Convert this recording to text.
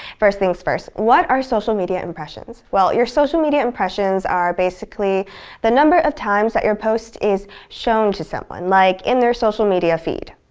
first things first, what are social media impressions? well, your social media impressions are basically the number of times that your post is shown to someone, like in their social media feed.